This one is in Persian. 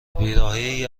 برههای